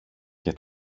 και